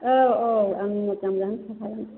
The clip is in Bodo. औ औ आं मोजां मोजांखौनो खाखागोन